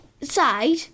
side